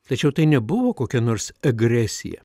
tačiau tai nebuvo kokia nors agresija